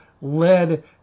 led